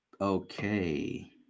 Okay